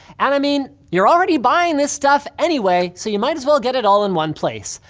and i mean, you're already buying this stuff anyway so you might as well get it all in one place.